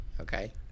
Okay